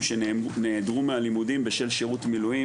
שנעדרו מהלימודים בשל שירות מילואים.